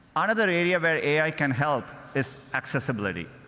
another area where ai can help is accessibility.